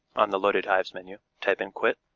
on the loaded hives menu, type in quite,